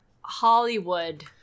Hollywood